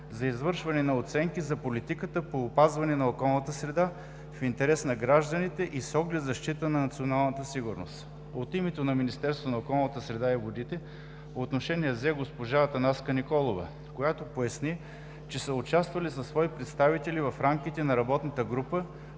за извършване на оценки за политиката по опазване на околната среда в интерес на гражданите и с оглед защита на националната сигурност. От името на Министерството на околната среда и водите отношение взе госпожа Атанаска Николова, която поясни, че са участвали със свои представители в рамките на работната група